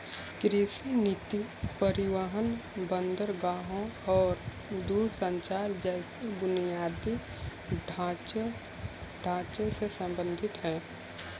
कृषि नीति परिवहन, बंदरगाहों और दूरसंचार जैसे बुनियादी ढांचे से संबंधित है